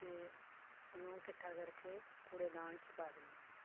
ते ओह्नू किट्ठा करके कूड़ेदान च पा दिन्नी